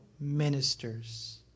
ministers